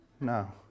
No